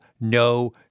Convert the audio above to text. no